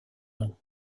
nom